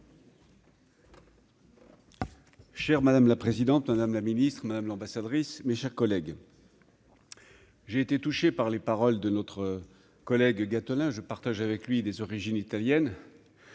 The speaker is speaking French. Chère madame la présidente, madame la ministre, madame l'ambassadrice, mes chers collègues, j'ai été touché par les paroles de notre collègue Gattolin je partage avec lui des origines italiennes,